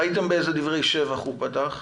ראיתם באיזה דברי שבח הוא פתח,